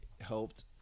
helped